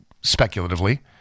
speculatively